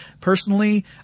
personally